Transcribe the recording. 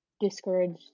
discouraged